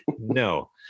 No